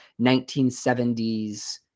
1970s